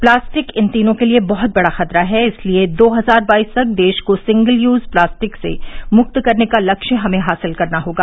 plastic इन तीनों के लिए बहत बड़ा खतरा है इसलिए दो हजार बाईस तक देश को सिंगल यूज प्लास्टिक से मुक्त करने का लक्ष्य हमें हासिल करना होगा